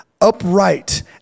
upright